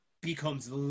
becomes